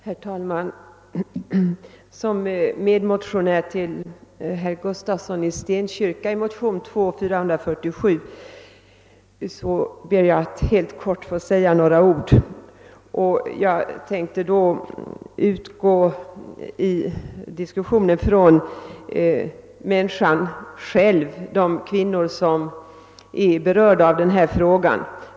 Herr talman! Som medmotionär till herr Gustafsson i Stenkyrka m.fl. i motion II: 447 vill jag säga några ord om det här problemet med utgångspunkt från människan själv, d.v.s. de kvinnor som berörs av den aktuella frågeställningen.